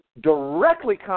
directly